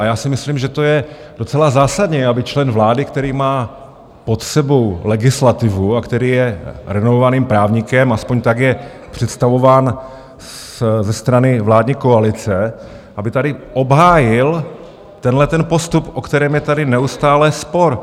A já si myslím, že to je docela zásadní, aby člen vlády, který má pod sebou legislativu a který je renomovaným právníkem, aspoň tak je představován ze strany vládní koalice, aby tady obhájil tenhle postup, o kterém je tady neustále spor.